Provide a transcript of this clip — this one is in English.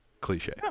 cliche